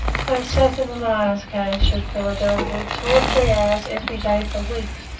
sat in a lion's cage, said philadelphia, two or three hours every day for weeks,